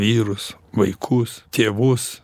vyrus vaikus tėvus